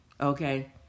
Okay